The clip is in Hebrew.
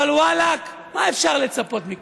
אבל ואלכ, מה אפשר לצפות מכם?